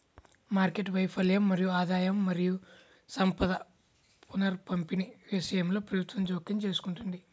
market వైఫల్యం మరియు ఆదాయం మరియు సంపద పునఃపంపిణీ విషయంలో ప్రభుత్వం జోక్యం చేసుకుంటుంది